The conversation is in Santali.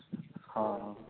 ᱦᱮᱸ